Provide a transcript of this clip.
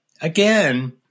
again